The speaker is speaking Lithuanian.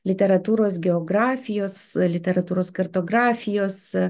literatūros geografijos literatūros kartografijos